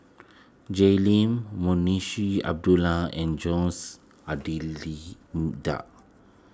Jay Lim Abdullah and Jose